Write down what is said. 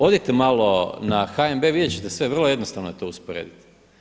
Odite malo na HNB vidje ćete sve vrlo je jednostavno to usporediti.